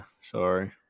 sorry